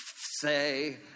say